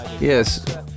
Yes